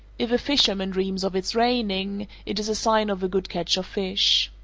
if a fisherman dreams of its raining, it is a sign of a good catch of fish.